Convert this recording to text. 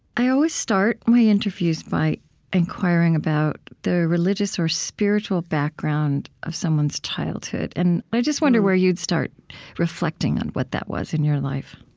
i always start my interviews by inquiring about the religious or spiritual background of someone's childhood. and i just wonder where you'd start reflecting on what that was in your life